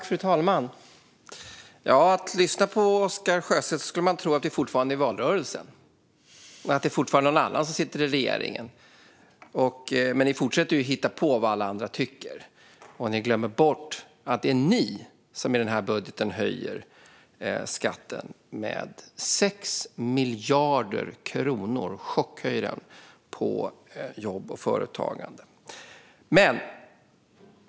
Fru talman! När man lyssnar på Oscar Sjöstedt kan man tro att vi fortfarande är i valrörelsen och att det fortfarande är någon annan som sitter i regeringen. Ni fortsätter att hitta på vad alla andra tycker och glömmer bort att det är ni som i den här budgeten chockhöjer skatten på jobb och företagande med 6 miljarder kronor.